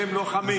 והם לוחמים,